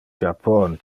japon